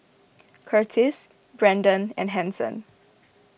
Curtiss Brenden and Hanson